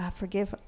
forgive